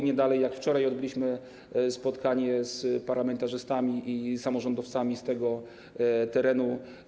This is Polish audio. Nie dalej jak wczoraj odbyliśmy spotkanie z parlamentarzystami i samorządowcami z tego terenu.